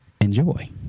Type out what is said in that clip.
enjoy